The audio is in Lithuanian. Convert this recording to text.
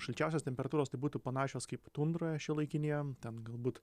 šalčiausias temperatūros tai būtų panašios kaip tundroje šiuolaikinėje ten galbūt